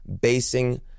basing